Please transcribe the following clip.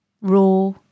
Raw